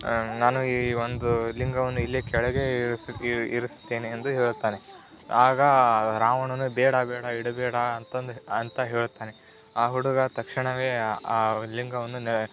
ನಾನು ಈ ಒಂದು ಲಿಂಗವನ್ನು ಇಲ್ಲಿಯೇ ಕೆಳಗೆ ಇರಿಸು ಇರಿ ಇರಿಸುತ್ತೇನೆ ಎಂದು ಹೇಳುತ್ತಾನೆ ಆಗ ರಾವಣನು ಬೇಡ ಬೇಡ ಇಡಬೇಡ ಅಂತ ಅಂದು ಅಂತ ಹೇಳುತ್ತಾನೆ ಆ ಹುಡುಗ ತಕ್ಷಣವೇ ಆ ಆ ಲಿಂಗವನ್ನು ನೆ